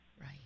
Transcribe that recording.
Right